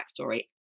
backstory